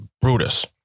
Brutus